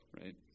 Right